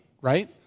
right